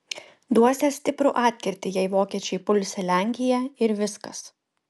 duosią stiprų atkirtį jei vokiečiai pulsią lenkiją ir viskas